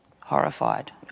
horrified